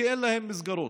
כי אין להם מסגרות.